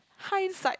hide side